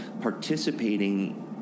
participating